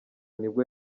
nibwo